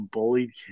Bullied